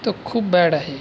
तो खूप बॅड आहे